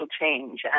change